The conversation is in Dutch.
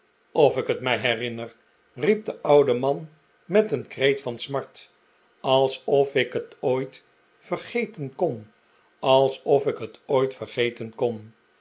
of ik het mij herinner riep de oude man met een kreet van smart alsof ik het ooit vergeten konl alsof ik het ooit vergeten kon